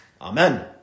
Amen